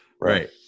Right